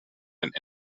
and